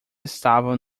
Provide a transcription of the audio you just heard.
estavam